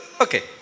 Okay